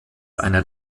einer